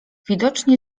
widocznie